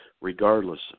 regardless